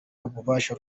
bubasha